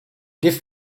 give